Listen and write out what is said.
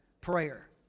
Prayer